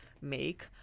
make